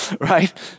right